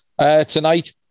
tonight